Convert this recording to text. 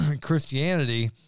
Christianity